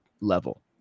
level